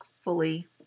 fully